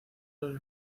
los